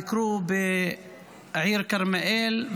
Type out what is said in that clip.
ביקרו בעיר כרמיאל,